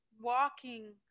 walking